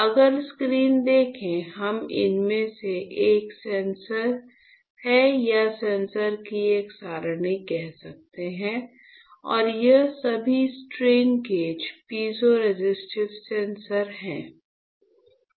अगर स्क्रीन देखें यह इनमें से एक सेंसर है या सेंसर की एक सरणी कह सकते है और ये सभी स्ट्रेन गेज पीज़ोरेसिस्टिव सेंसर हैं